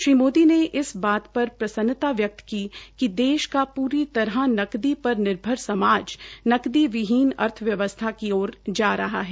श्री मोदी ने इस बात पर प्रसन्नता व्यकत की कि देश का पूरी तरह नकदी पर निर्भर समाज नकदी विहीन अर्थव्यवस्था की ओर जा रहा है